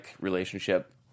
relationship